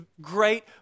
great